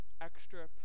extra